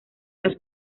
los